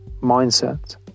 mindset